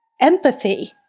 empathy